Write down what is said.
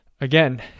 again